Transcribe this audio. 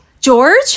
George